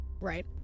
Right